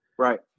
Right